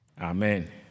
amen